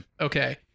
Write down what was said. Okay